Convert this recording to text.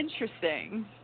interesting